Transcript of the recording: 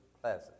pleasant